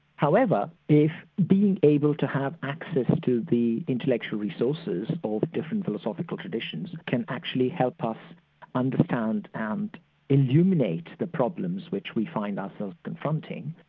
however, if being able to have access to the intellectual resources of different philosophical traditions, can actually help us understand and illuminate the problems which we find ourselves confronting,